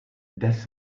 das